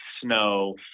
snow